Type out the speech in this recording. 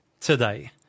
today